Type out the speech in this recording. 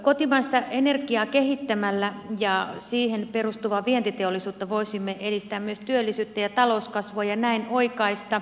kotimaista energiaa ja siihen perustuvaa vientiteollisuutta kehittämällä voisimme edistää myös työllisyyttä ja talouskasvua ja näin oikaista kauppatasettamme